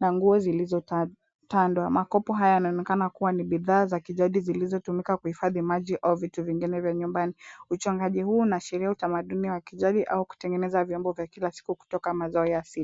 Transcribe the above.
na nguo zilizotandwa. Makopo haya yanaonekana kuwa ni bidhaa za kijadi zilizotumika kuhifadhi maji au vitu vingine vya nyumbani. Uchongaji huu unaashiria utamaduni wa kijadi au kutengeneza vyombo vya kila siku kutoka mazao ya asili.